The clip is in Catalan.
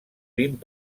vint